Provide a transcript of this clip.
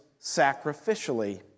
sacrificially